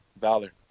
Valor